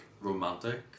romantic